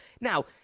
Now